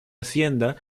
hacienda